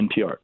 NPR